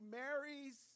marries